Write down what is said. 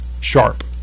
Sharp